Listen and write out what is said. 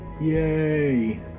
yay